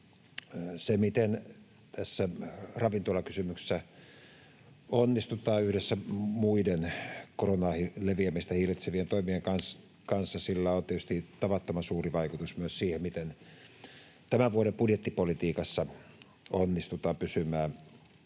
Sillä, miten tässä ravintolakysymyksessä onnistutaan yhdessä muiden koronan leviämistä hillitsevien toimien kanssa, on tietysti tavattoman suuri vaikutus myös siihen, miten tämän vuoden budjettipolitiikassa onnistutaan pysymään